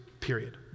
period